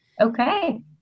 okay